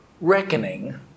reckoning